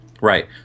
right